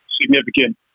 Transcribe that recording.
significant